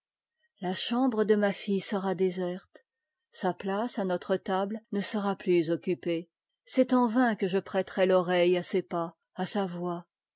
la chambre de ma fille sera déserte sa place à notre table ne a sera plus occupée c'est en vain que je prêterai u poreihe à ses pas à sa voix